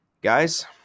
guys